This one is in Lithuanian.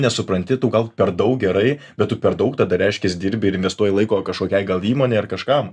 nesupranti tau gal per daug gerai bet tu per daug tada reiškias dirbi ir investuoji laiko kažkokiai gal įmonei ar kažkam